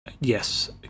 yes